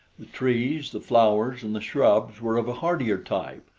the trees, the flowers and the shrubs were of a hardier type,